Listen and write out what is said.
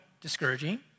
discouraging